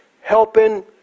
Helping